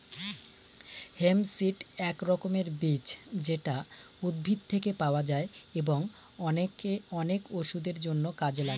hemp seed এক রকমের বীজ যেটা উদ্ভিদ থেকে পাওয়া যায় এবং অনেক ওষুধের জন্য লাগে